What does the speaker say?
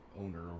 owner